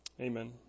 Amen